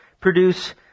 produce